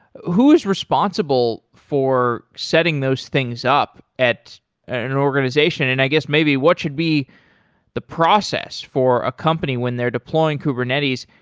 who is responsible for setting those things up at an organization? and i guess maybe what should be the process for a company when they're deploying kubernetes,